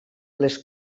les